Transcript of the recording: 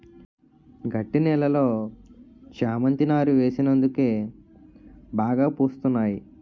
గట్టి నేలలో చేమంతి నారు వేసినందుకే బాగా పూస్తున్నాయి